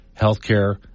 healthcare